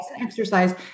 exercise